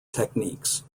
techniques